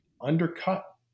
undercut